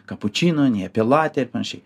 kapučino nei apie latę ir panašiai